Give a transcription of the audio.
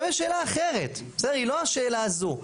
עכשיו יש שאלה אחרת, היא לא השאלה הזו,